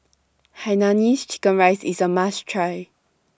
Hainanese Chicken Rice IS A must Try